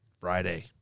Friday